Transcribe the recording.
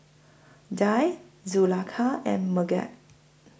Dhia Zulaikha and Megat